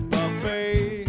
Buffet